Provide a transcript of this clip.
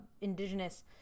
indigenous